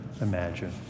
imagine